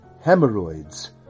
hemorrhoids